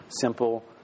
simple